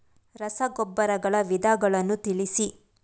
ರಸಗೊಬ್ಬರಗಳ ವಿಧಗಳನ್ನು ತಿಳಿಸಿ?